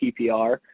PPR